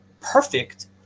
perfect